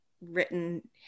written